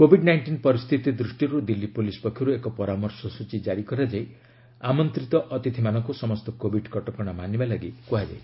Covid nineteen ପରିସ୍ଥିତି ଦୃଷ୍ଟିରୁ Delhi police ପକ୍ଷରୁ ଏକ ପରାମର୍ଶସୂଚୀ ଜାରି କରାଯାଇ ଆମନ୍ତିତ ଅତିଥିମାନଙ୍କୁ ସମସ୍ତ କୋଭିଡ୍ କଟକଣା ମାନିବା ପାଇଁ କୁହାଯାଇଛି